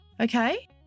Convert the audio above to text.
okay